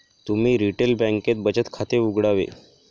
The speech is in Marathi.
तुम्ही रिटेल बँकेत बचत खाते उघडावे